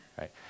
right